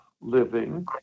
living